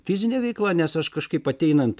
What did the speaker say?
fizinė veikla nes aš kažkaip ateinant